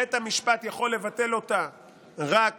בית המשפט יכול לבטל אותה רק